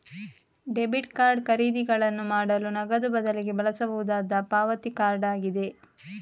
debit card ಖರೀದಿಗಳನ್ನು ಮಾಡಲು ನಗದು ಬದಲಿಗೆ ಬಳಸಬಹುದಾದ ಪಾವತಿ ಕಾರ್ಡ್ ಆಗಿದೆ